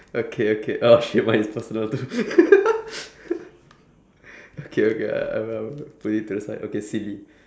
okay okay oh shit mine is personal too okay okay uh put it to the side okay silly